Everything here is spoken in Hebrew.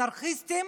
אנרכיסטים,